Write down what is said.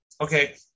Okay